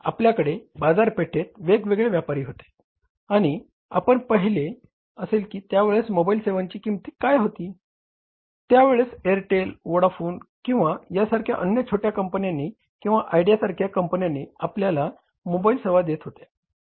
आपल्याकडे बाजारपेठेत वेगवेगळे व्यापारी होते आणि आपण पाहिले असेल की त्यावेळेस मोबाईल सेवांची किंमत काय होती तर त्यावेळेस एअरटेल व्होडाफोन किंवा यांसारख्या अन्य छोट्या कंपन्यांनी किंवा आयडिया सारख्या कंपन्यांनी आपल्याला मोबाईल सेवा देत होत्या